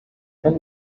can